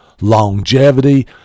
longevity